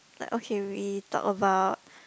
but okay we talk about